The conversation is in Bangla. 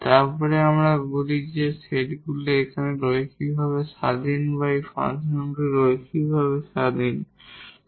তারপরে আমরা বলি যে এই সেটগুলি এখানে লিনিয়ারভাবে ইন্ডিপেন্ডেট বা এই ফাংশনগুলি লিনিয়ারভাবে ইন্ডিপেন্ডেট